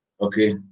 okay